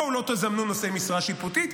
בואו לא תזמנו נושאי משרה שיפוטית.